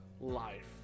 Life